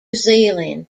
zealand